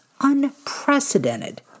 unprecedented